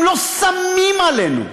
הם לא שמים עלינו.